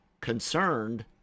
concerned